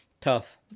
tough